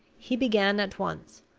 he began at once,